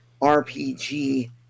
rpg